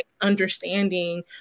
understanding